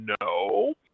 no